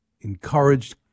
encouraged